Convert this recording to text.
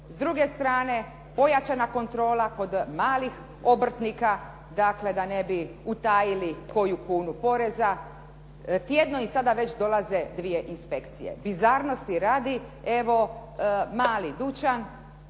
S druge strane pojačana kontrola kod malih obrtnika. Dakle, da ne bi utajili koju kunu poreza. Tjedno im sada već dolaze dvije inspekcije. Bizarnosti radi evo mali dućan